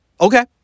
Okay